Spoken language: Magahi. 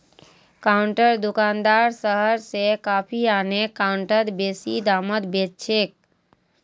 गांउर दुकानदार शहर स कॉफी आने गांउत बेसि दामत बेच छेक